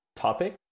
topic